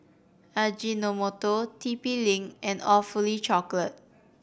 Ajinomoto T P Link and Awfully Chocolate